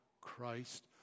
Christ